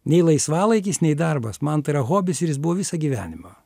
nei laisvalaikis nei darbas man tai yra hobis ir jis buvo visą gyvenimą